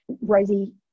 Rosie